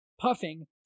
Puffing